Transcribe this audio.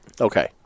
Okay